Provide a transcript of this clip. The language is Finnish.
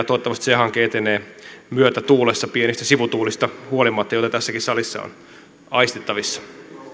toivottavasti se hanke etenee myötätuulessa pienistä sivutuulista huolimatta joita tässäkin salissa on aistittavissa